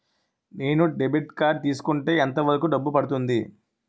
నేను debit card తీసుకుంటే ఎంత వరకు డబ్బు పడుతుంది?